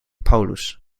paulus